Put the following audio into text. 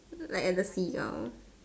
like at the seagull